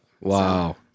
Wow